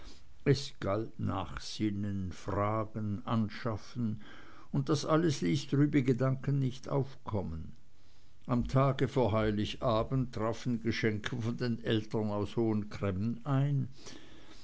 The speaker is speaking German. galt nachsinnen fragen anschaffen und das alles ließ trübe gedanken nicht aufkommen am tage vor heiligabend trafen geschenke von den eltern aus hohen cremmen ein